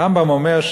הרמב"ם אומר,